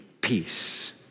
peace